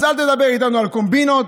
אז אל תדבר איתנו על קומבינות.